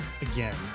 again